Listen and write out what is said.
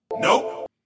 Nope